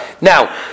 now